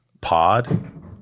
Pod